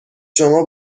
شما